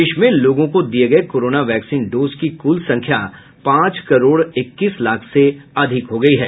देश में लोगों को दिए गए कोरोना वैक्सीन डोज की कुल संख्या पांच करोड़ इक्कीस लाख से अधिक हो गई है